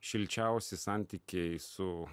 šilčiausi santykiai su